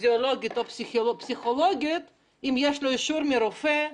פיסיולוגית או פסיכולוגית יש לו אישור מרופא,